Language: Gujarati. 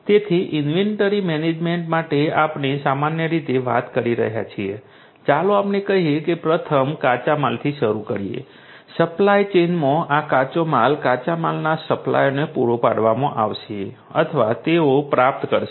તેથી ઇન્વેન્ટરી મેનેજમેન્ટ માટે આપણે સામાન્ય રીતે વાત કરી રહ્યા છીએ ચાલો આપણે કહીએ કે પ્રથમ કાચા માલથી શરૂ કરીને સપ્લાય ચેઇનમાં આ કાચો માલ કાચા માલના સપ્લાયરોને પૂરો પાડવામાં આવશે અથવા તેઓ પ્રાપ્ત કરશે